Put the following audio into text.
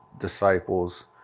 disciples